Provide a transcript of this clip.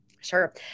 Sure